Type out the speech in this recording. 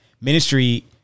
ministry